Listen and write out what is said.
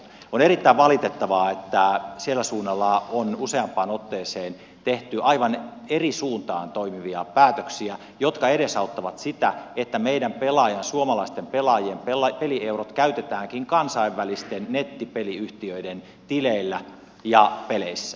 on erittäin valitettavaa että siellä suunnalla on useampaan otteeseen tehty aivan eri suuntaan toimivia päätöksiä jotka edesauttavat sitä että meidän pelaajien suomalaisten pelaajien pelieurot käytetäänkin kansainvälisten nettipeliyhtiöiden tileillä ja peleissä